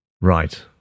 Right